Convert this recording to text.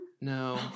no